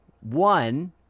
one